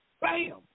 Bam